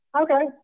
Okay